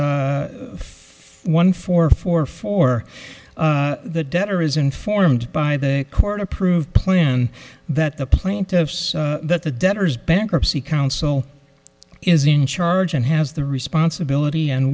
four one four four four the debtor is informed by the court approved plan that the plaintiffs that the debtors bankruptcy counsel is in charge and has the responsibility and